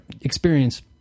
experience